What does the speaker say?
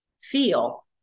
feel